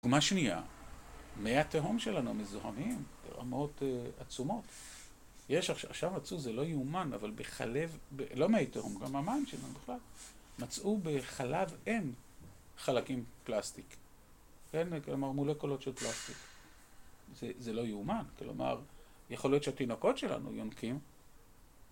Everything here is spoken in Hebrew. דוגמה שנייה, מי התהום שלנו מזוהמים ברמות עצומות. יש עכשיו, עכשיו מצאו, זה לא יאומן, אבל בחלב, לא מי תהום, גם המים שלנו בכלל, מצאו בחלב אם חלקים פלסטיק. כן, כלומר מולקולות של פלסטיק. זה לא יאומן, כלומר, יכול להיות שהתינוקות שלנו יונקים.